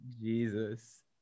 Jesus